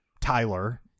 Tyler